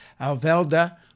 Alvelda